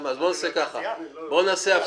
(הישיבה נפסקה